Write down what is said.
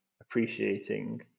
appreciating